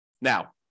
Now